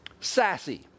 sassy